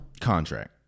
contract